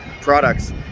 products